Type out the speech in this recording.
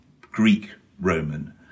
Greek-Roman